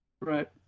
right